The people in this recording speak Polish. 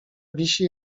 wisi